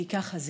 כי ככה זה.